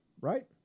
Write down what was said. right